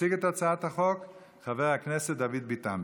יציג את הצעת החוק חבר הכנסת דוד ביטן,